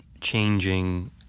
changing